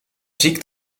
ziek